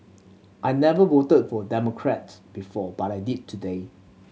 I never voted for Democrat before but I did today